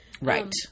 Right